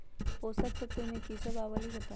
पोषक तत्व म की सब आबलई बताई?